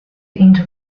into